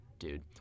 dude